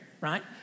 right